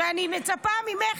שאני מצפה ממך,